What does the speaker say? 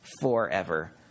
forever